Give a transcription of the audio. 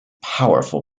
powerful